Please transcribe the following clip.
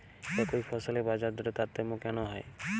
একই ফসলের বাজারদরে তারতম্য কেন হয়?